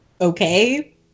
okay